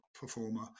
performer